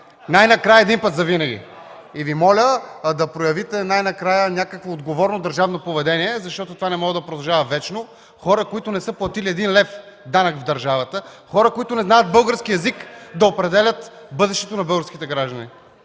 Най-накрая един път завинаги! Моля Ви да проявите някакво отговорно държавно поведение, защото това не може да продължава вечно. Хора, които не са платили един лев данък в държавата, хора, които не знаят български език, да определят бъдещето на българските граждани.